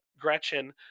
Gretchen